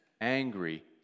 angry